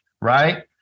Right